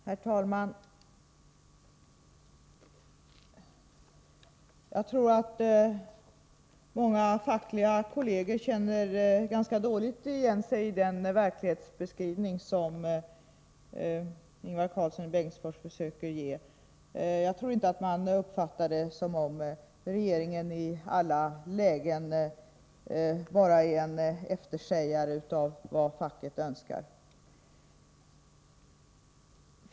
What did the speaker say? Herr talman! Många fackliga kolleger känner nog ganska dåligt igen sig i den verklighetsbeskrivning som Ingvar Karlsson i Bengtsfors försöker ge. Jag tror inte att man uppfattar det så att regeringen i alla lägen bara är en eftersägare av vad facket önskar.